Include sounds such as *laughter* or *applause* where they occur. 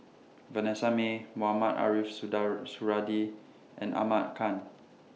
Vanessa Mae Mohamed Ariff *unintelligible* Suradi and Ahmad Khan